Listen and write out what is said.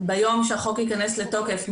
ביום שהחוק ייכנס לתוקף,